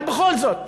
אבל בכל זאת.